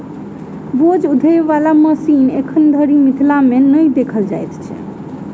बोझ उघै बला मशीन एखन धरि मिथिला मे नहि देखल जाइत अछि